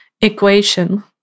equation